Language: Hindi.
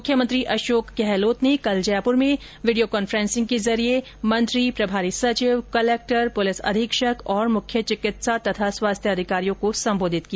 मुख्यमंत्री अशोक गहलोत ने कल जयपुर में वीडियो कांन्फ्रेंन्सिंग के जरिये मंत्री प्रभारी सचिव कलेक्टर पुलिस अधीक्षक और मुख्य चिकित्सा और स्वास्थ्य अधिकारियों को संबोधित किया